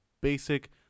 basic